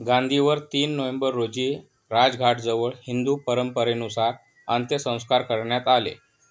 गांधीवर तीन नोव्हेंबर रोजी राजघाटाजवळ हिंदू परंपरेनुसार अंत्यसंस्कार करण्यात आले